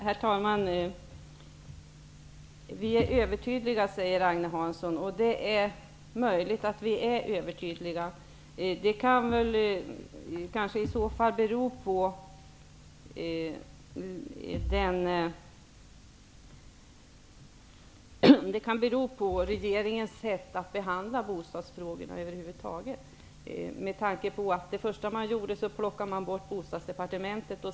Herr talman! Vi är övertydliga, säger Agne Hansson. Det är möjligt att vi är det. Det kan bero på regeringens sätt att behandla bostadsfrågorna över huvud taget. Först plockade man bort Bostadsdepartementet.